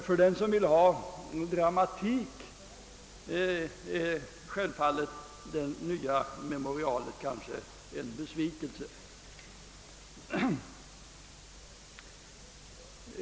För den som vill ha dramatik innebär däremot det nya memorialet kanske en besvikelse.